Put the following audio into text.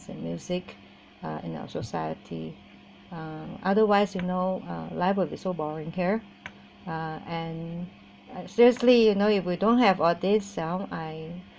and music uh in our society uh otherwise you know uh life will be so boring here uh and I seriously you know if we don't have all these sound I